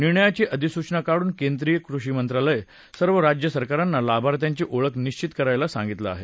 निर्णयाची अधिसूचना काढून केंद्रीय कृषी मंत्रालयान सर्व राज्य सरकारांना लाभात्यांची ओळख निश्वित करायला सांगितलं आहे